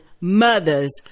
Mother's